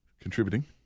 contributing